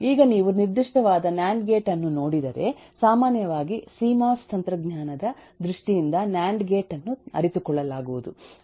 ಈಗ ನೀವು ನಿರ್ದಿಷ್ಟವಾದ ನ್ಯಾಂಡ್ ಗೇಟ್ ಅನ್ನು ನೋಡಿದರೆ ಸಾಮಾನ್ಯವಾಗಿ ಸಿಎಮ್ಒಎಸ್ ತಂತ್ರಜ್ಞಾನದ ದೃಷ್ಟಿಯಿಂದ ನ್ಯಾಂಡ್ ಗೇಟ್ ಅನ್ನು ಅರಿತುಕೊಳ್ಳಲಾಗುವುದು